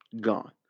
gone